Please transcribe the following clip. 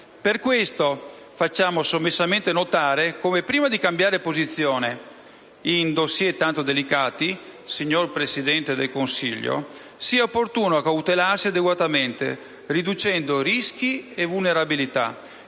Per questo facciamo sommessamente notare come, prima di cambiare posizione in *dossier* tanto delicati, signor Presidente del Consiglio, sia opportuno cautelarsi adeguatamente riducendo rischi e vulnerabilità,